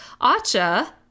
ACHA